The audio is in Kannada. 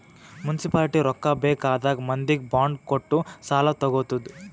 ಮುನ್ಸಿಪಾಲಿಟಿ ರೊಕ್ಕಾ ಬೇಕ್ ಆದಾಗ್ ಮಂದಿಗ್ ಬಾಂಡ್ ಕೊಟ್ಟು ಸಾಲಾ ತಗೊತ್ತುದ್